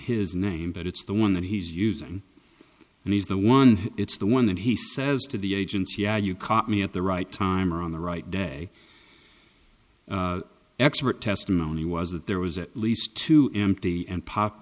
his name but it's the one that he's using and he's the one it's the one that he says to the agents yeah you caught me at the right time or on the right day expert testimony was that there was at least two empty and pop